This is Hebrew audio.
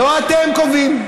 לא אתם קובעים.